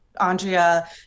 Andrea